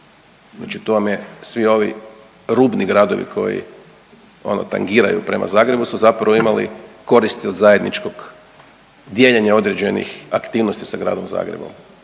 Znači tu vam je svi ovi rubni gradovi koji ono tangiraju prema Zagrebu su zapravo imali koristi od zajedničkog dijeljenja određenih aktivnosti sa gradom Zagrebom.